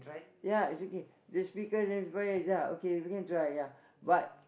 ya is okay this speaker amplifier ya okay we can try ya but